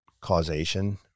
causation